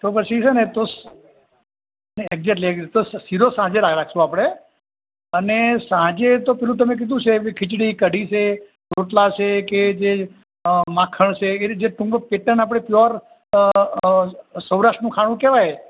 તો પછી છે ને તો નહીં એકજેટલી તો શીરો સાંજે રા રાખશું આપણે અને સાંજે તો પેલું તમે કીધું છે ખીચડી કઢી છે રોટલા છે કે જે અ માખણ છે એ રીતના ટૂંકમાં પેટર્ન આપણે પ્યોર અ સોરાષ્ટ્રનું ખાણું કહેવાય